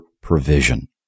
provision